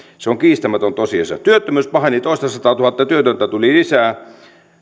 se on kiistämätön tosiasia työttömyys paheni toistasataatuhatta työtöntä tuli lisää